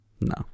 no